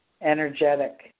energetic